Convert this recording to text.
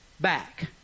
back